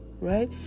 Right